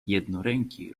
jednoręki